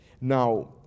Now